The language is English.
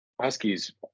huskies